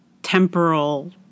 Temporal